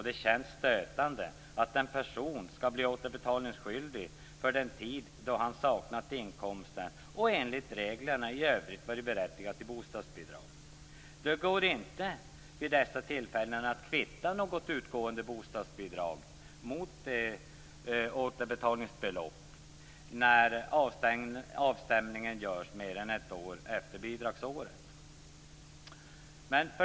Det känns stötande att en person skall bli återbetalningsskyldig för den tid då han saknade inkomst och enligt reglerna i övrigt var berättigad till bostadsbidrag. Det går inte vid dessa tillfällen att kvitta något utgående bostadsbidrag mot återbetalningsbeloppet när avstämningen görs mer än ett år efter bidragsåret.